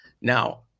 Now